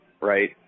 right